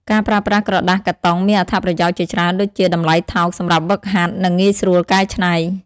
ការប្រើប្រាស់ក្រដាសកាតុងមានអត្ថប្រយោជន៍ជាច្រើនដូចជា តម្លៃថោក សម្រាប់ហ្វឹកហាត់ និងងាយស្រួលកែច្នៃ។